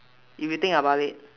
if you think about it